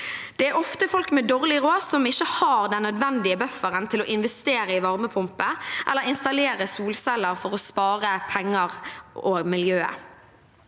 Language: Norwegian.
Det er ofte folk med dårlig råd som ikke har den nødvendige bufferen til å investere i varmepumpe eller installere solceller for å spare penger og miljøet.